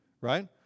Right